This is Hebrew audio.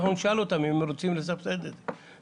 נשאל אותם אם הם רוצים לסבסד את זה.